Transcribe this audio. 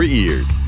ears